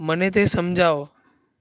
મને તે સમજાવો